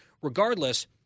Regardless